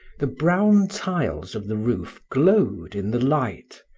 the brown tiles of the roof glowed in the light,